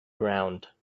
ground